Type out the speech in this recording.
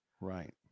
Right